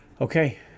Okay